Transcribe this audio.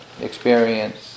experience